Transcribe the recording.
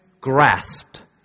grasped